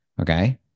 okay